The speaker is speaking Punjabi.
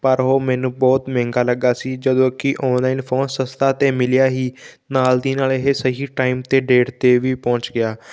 ਪਰ ਉਹ ਮੈਨੂੰ ਬਹੁਤ ਮਹਿੰਗਾ ਲੱਗਾ ਸੀ ਜਦੋਂ ਕਿ ਔਨਲਾਇਨ ਫ਼ੋਨ ਸਸਤਾ ਤਾਂ ਮਿਲਿਆ ਹੀ ਨਾਲ ਦੀ ਨਾਲ ਇਹ ਸਹੀ ਟਾਇਮ 'ਤੇ ਡੇਟ 'ਤੇ ਵੀ ਪਹੁੰਚ ਗਿਆ